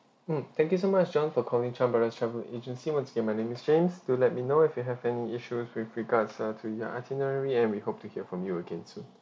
mm thank you so much john for calling chan brothers travel agency once again my name is james do let me know if you have any issues with regards uh to your itinerary and we hope to hear from you again soon